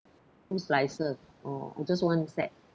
two slices oh or just one set